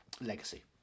legacy